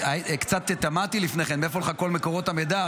קצת תמהתי לפני כן מאיפה לך כל מקורות המידע,